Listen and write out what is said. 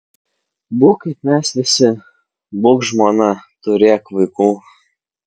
būk kaip mes visi būk žmona turėk vaikų